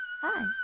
Hi